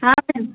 हाँ मैम